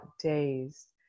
days